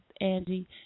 Angie